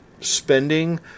spending